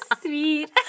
sweet